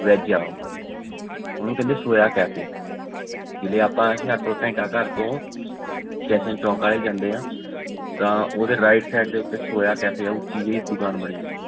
veg ਆ ਉਹ ਉਹਨੂੰ ਕਹਿੰਦੇ ਸੋਇਆ ਕੈਫੇ ਜਿਵੇਂ ਆਪਾਂ ਹੁਸ਼ਿਆਰਪੁਰ ਘੰਟਾ ਘਰ ਤੋਂ ਸ਼ੈਸਨ ਚੌਂਕ ਵੱਲ ਜਾਂਦੇ ਆਂ ਤਾਂ ਉਹਦੇ ਰਾਈਟ ਸਾਈਡ ਦੇ ਉੱਤੇ ਸੋਇਆ ਕੈਫੇ ਆ ਉੱਚੀ ਜੀ ਦੁਕਾਨ ਬਣੀ ਓ